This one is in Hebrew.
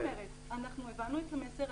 הבנו את המסר,